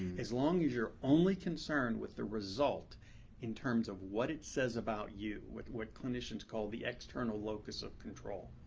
as long as you're only concerned with the result in terms of what it says about you, what clinicians call the external locus of control.